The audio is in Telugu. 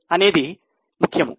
అన్నది ముఖ్యము